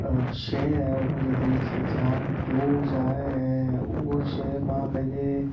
शइ आहे हू मुंहिंजे दिलि खे जाम क्लोज़ आहे ऐं उहा शइ मां पंहिंजे